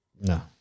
No